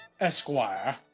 Esquire